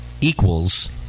equals